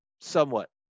somewhat